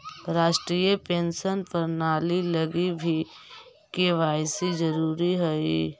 राष्ट्रीय पेंशन प्रणाली लगी भी के.वाए.सी जरूरी हई